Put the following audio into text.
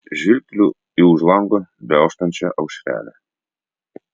žvilgteliu į už lango beauštančią aušrelę